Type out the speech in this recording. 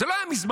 זה לא היה מזמן.